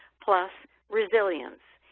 plus resilience.